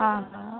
हा हा